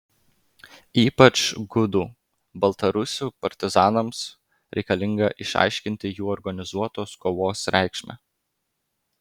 ypač gudų baltarusių partizanams reikalinga išaiškinti jų organizuotos kovos reikšmę